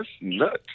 nuts